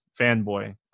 fanboy